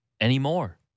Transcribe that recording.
anymore